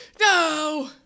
no